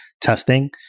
testing